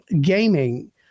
gaming